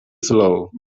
slow